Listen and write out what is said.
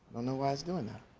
know why it's doing that.